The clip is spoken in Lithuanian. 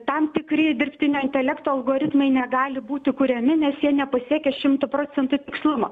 tam tikri dirbtinio intelekto algoritmai negali būti kuriami nes jie nepasiekia šimtu procentų tikslumo